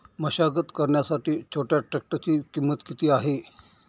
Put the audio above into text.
मशागत करण्यासाठी छोट्या ट्रॅक्टरची किंमत किती आहे?